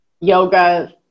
yoga